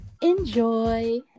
enjoy